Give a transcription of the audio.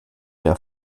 der